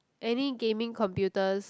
any gaming computers